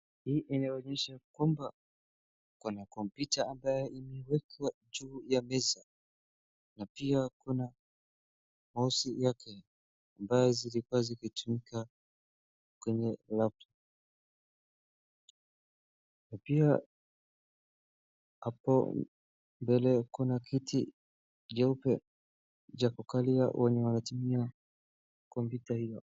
Hii inaonyesha ya kwamba kuna computer ambayo imeekwa juu ya meza na pia kuna mouse yake ambayo zilikuwa zikitumika kwenye laptop . Na pia hapo mbele kuna kiti jeupe ya kukalia wenye wanatumia computer hio.